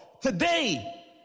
today